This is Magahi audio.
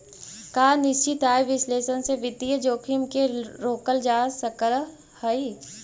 का निश्चित आय विश्लेषण से वित्तीय जोखिम के रोकल जा सकऽ हइ?